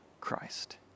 Christ